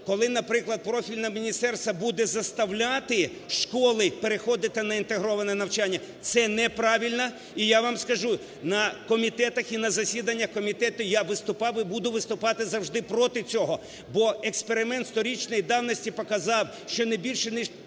коли, наприклад, профільне міністерство буде заставляти школи переходити на інтегроване навчання, це неправильно. І я вам скажу, на комітетах і на засіданнях комітету я виступав і буду виступати завжди проти цього, бо експеримент сторічної давності показав, що не більше, ніж